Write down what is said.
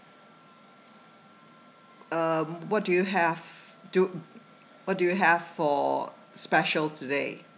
um what do you have do what do you have for special today